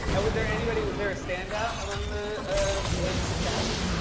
and was there anybody was there a standout among the of of your cast?